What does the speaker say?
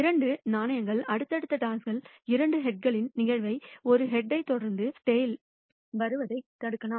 இரண்டு நாணயங்கள் அடுத்தடுத்து டாஸ்கள் இரண்டு ஹெட்களின் நிகழ்வை ஒரு ஹெட்யைத் தொடர்ந்து டைல் வருவதைத் தடுக்கலாம்